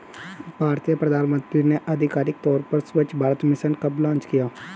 भारतीय प्रधानमंत्री ने आधिकारिक तौर पर स्वच्छ भारत मिशन कब लॉन्च किया?